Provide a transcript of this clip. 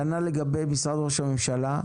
כנ"ל לגבי משרד ראש הממשלה,